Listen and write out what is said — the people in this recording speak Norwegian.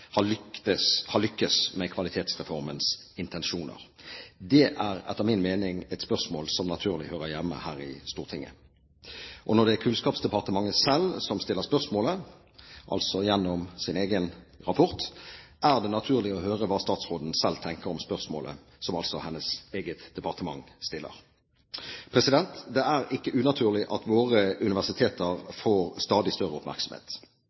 har lyktes med Kvalitetsreformens intensjoner. Det er etter min mening et spørsmål som naturlig hører hjemme her i Stortinget. Og når det er Kunnskapsdepartementet selv som stiller spørsmålet, altså gjennom sin egen rapport, er det naturlig å høre hva statsråden selv tenker om spørsmålet, som altså hennes eget departement stiller. Det er ikke unaturlig at våre universiteter får stadig større oppmerksomhet.